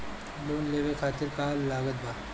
Loan लेवे खातिर का का लागत ब?